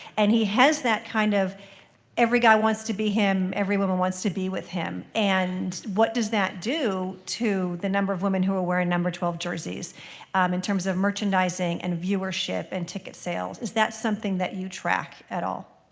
and he has that kind of every guy wants to be him, everyone wants to be with him. and what does that do to the number of women who are wearing number twelve jerseys in terms of merchandising and viewership and ticket sales? is that something that you track at all?